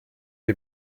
die